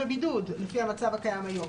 לפי המצב הקיים היום,